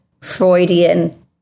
Freudian